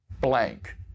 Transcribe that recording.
blank